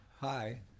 Hi